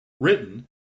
written